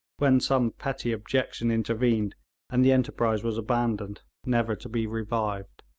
when some petty objection intervened and the enterprise was abandoned, never to be revived.